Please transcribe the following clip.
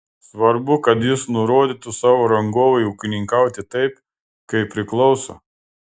svarbu kad jis nurodytų savo rangovui ūkininkauti taip kaip priklauso